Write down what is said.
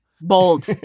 Bold